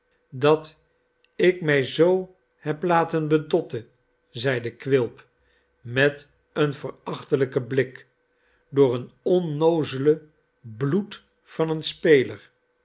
dat ik mij zoo heb laten bedotten zeide quilp met een verachtelijken blik door een onnoozelen bloed van een speler